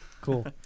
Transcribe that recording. Cool